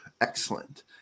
Excellent